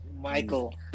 Michael